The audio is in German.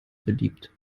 beliebt